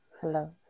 Hello